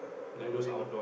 bouldering